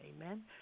Amen